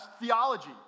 theology